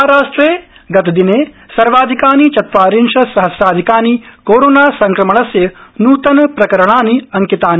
महाराष्ट्रे हय सर्वाधिकानि चत्वार्रिशत्सहस्राधिकानि कोरोनासंक्रमणस्य नूतनप्रकरणानि अंकितानि